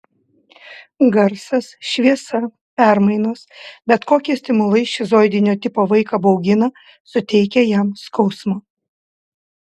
garsas šviesa permainos bet kokie stimulai šizoidinio tipo vaiką baugina suteikia jam skausmo